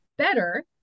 better